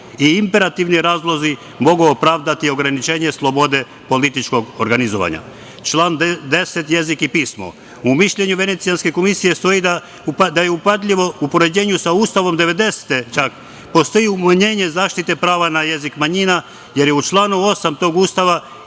i imperativni razlozi mogu opravdati ograničenje slobode političkog organizovanja. Član 10. jezik i pismo. U mišljenju Venecijanske komisije stoji da je upadljivo u poređenju sa Ustavom 1990. godine čak. Postoji umanjenje zaštite prava na jezik manjina, jer je u članu 8. tog Ustava